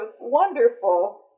wonderful